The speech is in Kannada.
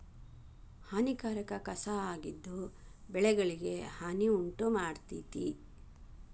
ಹಾನಿಕಾರಕ ಕಸಾ ಆಗಿದ್ದು ಬೆಳೆಗಳಿಗೆ ಹಾನಿ ಉಂಟಮಾಡ್ತತಿ